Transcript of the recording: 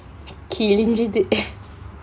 கிழிஞ்சிது:kilinchithu